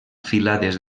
filades